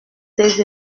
des